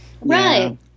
right